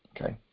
Okay